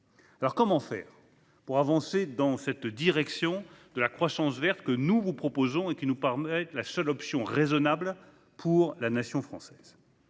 Alors, comment faire pour avancer dans la direction de la croissance verte que nous vous proposons et qui nous paraît la seule option raisonnable pour la nation française ?